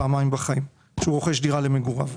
פעמיים בחיים כשהוא רוכש דירה למגוריו.